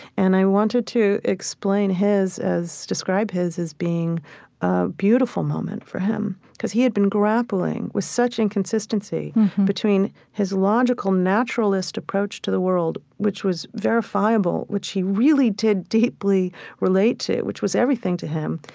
and i wanted to explain his, describe his, as being a beautiful moment for him. because he had been grappling with such inconsistency between his logical naturalist approach to the world which was verifiable, which he really did deeply relate to, which was everything to him.